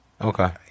Okay